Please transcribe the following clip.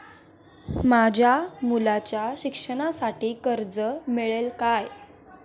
माझ्या मुलाच्या शिक्षणासाठी कर्ज मिळेल काय?